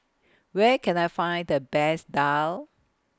Where Can I Find The Best Daal